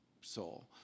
soul